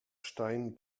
stein